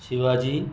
Shivaji